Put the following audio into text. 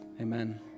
amen